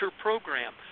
program